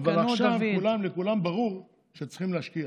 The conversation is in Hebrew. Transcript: אבל עכשיו לכולם ברור שצריכים להשקיע,